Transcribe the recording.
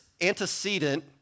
antecedent